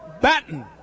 Batten